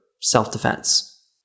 self-defense